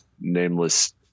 nameless